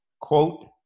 quote